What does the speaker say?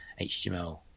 HTML